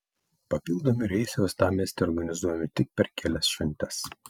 papildomi reisai uostamiestyje organizuojami tik per kelias šventes